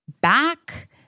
back